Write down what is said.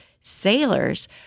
sailors